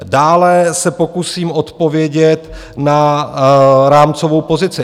Dále se pokusím odpovědět na rámcovou pozici.